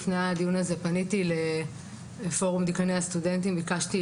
לפני הדיון הזה פניתי לפורום דיקני הסטודנטים וביקשתי